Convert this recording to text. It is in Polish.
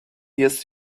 jest